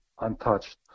untouched